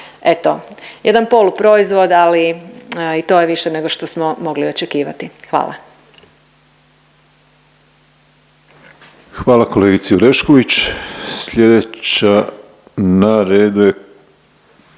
Eto, jedan poluproizvod, ali i to je više nego što smo mogli očekivati, hvala. **Penava, Ivan (DP)** Hvala kolegici Orešković. Slijedeća na redu je